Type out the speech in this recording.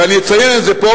ואני מציין את זה פה,